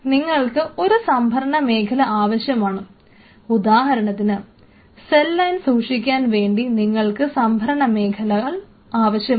നിങ്ങൾക്ക് ഒരു സംഭരണ മേഖല ആവശ്യമാണ് ഉദാഹരണത്തിന് സെൽ ലൈൻ സൂക്ഷിക്കാൻ വേണ്ടി നിങ്ങൾക്ക് സംഭരണ മേഖലകൾ ആവശ്യമാണ്